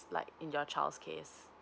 like in your child's case